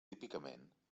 típicament